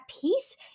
peace